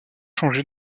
changé